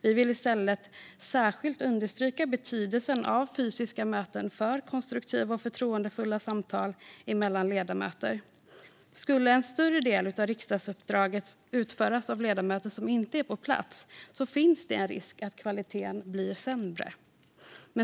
Vi vill i stället särskilt understryka betydelsen av fysiska möten för konstruktiva och förtroendefulla samtal mellan ledamöter. Om en större del av riksdagsuppdraget skulle utföras av ledamöter som inte är på plats finns det en risk att kvaliteten blir sämre.